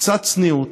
קצת צניעות,